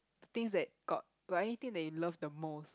things that got got anything that you love the most